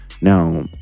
Now